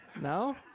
No